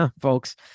folks